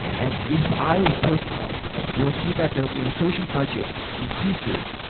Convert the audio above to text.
and if i personally will see that the administration budget increases,